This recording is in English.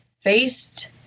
faced